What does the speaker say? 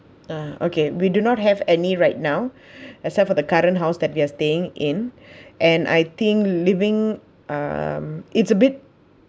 uh okay we do not have any right now except for the current house that we are staying in and I think living um it's a bit